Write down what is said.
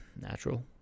Natural